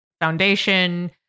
foundation